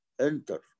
enter